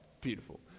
Beautiful